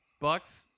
Bucks